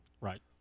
right